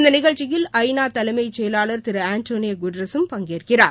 இந்த நிகழ்ச்சியில் ஐ நா தலைமைச் செயலாளர் திரு ஆண்டோனியோ குட்ரஸும் பங்கேற்கிறார்